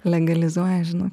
legalizuoja žinok